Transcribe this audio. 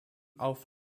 auf